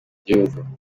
igihugu